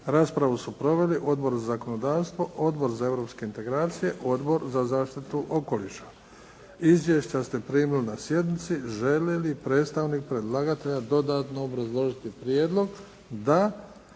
Raspravu su proveli Odbor za zakonodavstvo, Odbor za europske integracije, Odbor za zaštitu okoliša. Izvješće ste primili na sjednici. Želi li predstavnik predlagatelja dodatno obrazložiti prijedlog? Da.